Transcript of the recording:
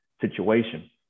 situation